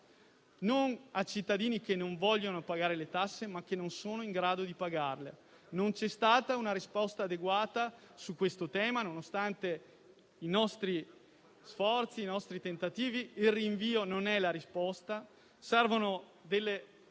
non a cittadini che non vogliono pagare le tasse, ma a cittadini che non sono in grado di pagarle. Non c'è stata una risposta adeguata su questo tema, nonostante i nostri sforzi, i nostri tentativi. Il rinvio non è la risposta. Servono operazioni